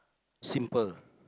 simple